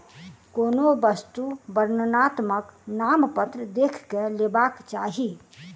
कोनो वस्तु वर्णनात्मक नामपत्र देख के लेबाक चाही